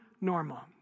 normal